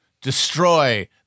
destroy